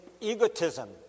egotism